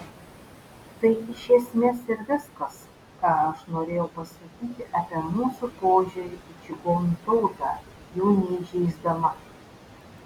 tai iš esmės ir viskas ką aš norėjau pasakyti apie mūsų požiūrį į čigonų tautą jų neįžeisdama